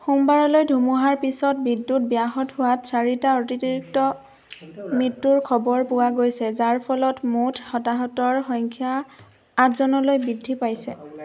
সোমবাৰলৈ ধুমুহাৰ পিছত বিদ্যুৎ ব্যাহত হোৱাত চাৰিটা অতিৰিক্ত মৃত্যুৰ খবৰ পোৱা গৈছে যাৰ ফলত মুঠ হতাহতৰ সংখ্যা আঠজনলৈ বৃদ্ধি পাইছে